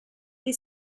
dei